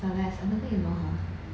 celeste I don't think you know her